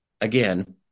again